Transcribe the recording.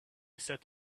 set